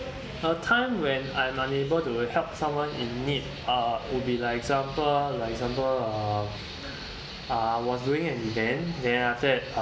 a time when I am unable to help someone in need uh will be like example like example uh uh was doing an event then after that uh